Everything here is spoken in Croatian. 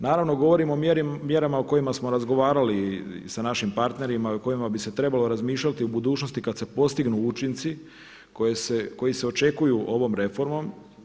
Naravno govorimo o mjerama o kojima smo razgovarali sa našim partnerima, o kojima bi se trebalo razmišljati u budućnosti kad se postignu učinci koji se očekuju ovom reformom.